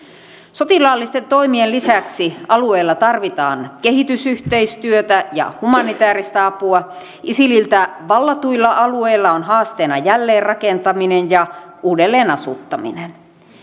sotilaallisten toimien lisäksi alueella tarvitaan kehitysyhteistyötä ja humanitääristä apua isililtä vallatuilla alueilla on haasteena jälleenrakentaminen ja uudelleenasuttaminen